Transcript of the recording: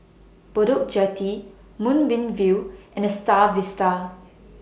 Bedok Jetty Moonbeam View and The STAR Vista